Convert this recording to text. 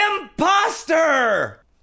Imposter